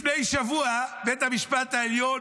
לפני שבוע בית המשפט העליון,